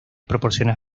proporciona